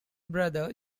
brother